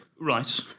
Right